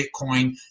Bitcoin